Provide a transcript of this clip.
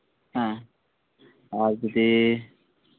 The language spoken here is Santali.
ᱦᱮᱸ ᱟᱨ ᱡᱩᱫᱤ